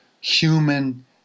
human